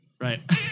Right